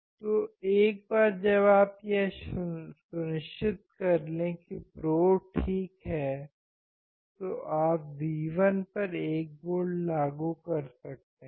तो एक बार जब आप यह सुनिश्चित कर लें कि प्रोब ठीक है तो आप V1 पर 1 V लागू कर सकते हैं